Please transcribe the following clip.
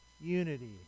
unity